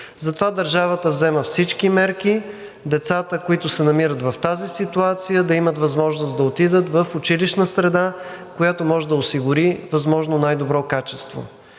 Затова държавата взема всички мерки децата, които се намират в тази ситуация, да имат възможност да отидат в училищна среда, която може да осигури възможно най-добро качество.